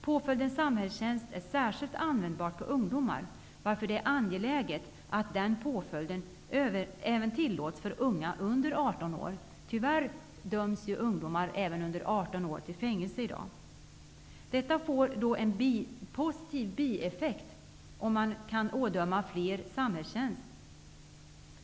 Påföljden samhällstjänst är särskilt användbar på ungdomar, varför det är angeläget att den påföljden även tillåts för unga under 18 år. Tyvärr döms i dag även ungdomar under 18 år till fängelse. Det får en positiv bieffekt om fler kan ådömas samhällstjänst.